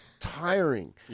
Tiring